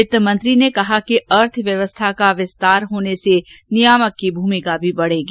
वित्त मंत्री ने कहा कि अर्थव्यवस्था का विस्तार होने से नियामक की भूमिका भी बढ़ेगी